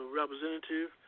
representative